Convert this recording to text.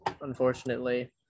unfortunately